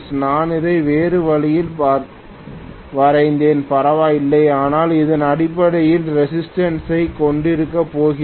நான் அதை வேறு வழியில் வரைந்தேன் பரவாயில்லை ஆனால் இது அடிப்படையில் ரெசிஸ்டன்ஸ் ஐக் கொண்டிருக்கப்போகிறது